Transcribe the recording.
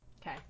Okay